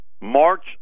March